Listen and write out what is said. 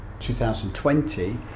2020